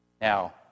Now